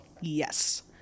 Yes